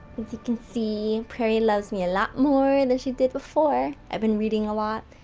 you can see, prairie loves me a lot more and than she did before, i've been reading a lot,